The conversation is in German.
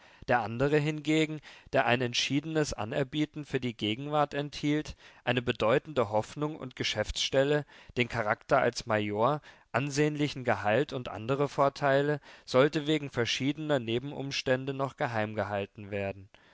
der andre hingegen der ein entschiedenes anerbieten für die gegenwart enthielt eine bedeutende hof und geschäftsstelle den charakter als major ansehnlichen gehalt und andre vorteile sollte wegen verschiedener nebenumstände noch geheimgehalten werden